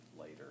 later